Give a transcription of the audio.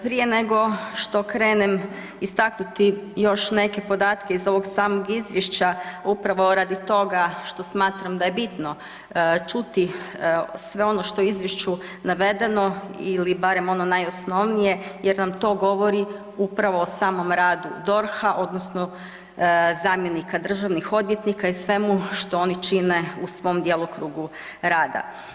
Prije nego što krenem istaknuti još neke podatke iz ovog samog izvješća upravo radi toga što smatram da je bitno čuti sve ono što je u izvješću navedeno ili barem ono najosnovnije jer nam to govori upravo o samom radu DORH-a odnosno zamjenika državnih odvjetnika i svemu što oni čine u svom djelokrugu rada.